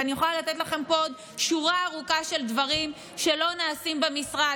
ואני יכולה לתת לכם פה עוד שורה ארוכה של דברים שלא נעשים במשרד.